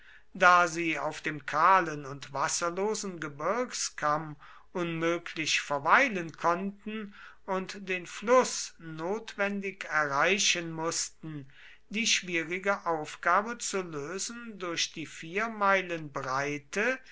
da sie auf dem kahlen und wasserlosen gebirgskamm unmöglich verweilen konnten und den fluß notwendig erreichen mußten die schwierige aufgabe zu lösen durch die vier meilen breite